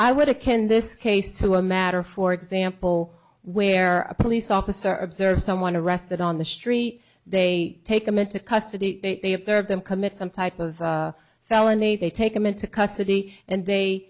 i would a can this case to a matter for example where a police officer observes someone arrested on the street they take them into custody they have served them commit some type of felony they take them into custody and they